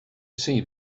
seen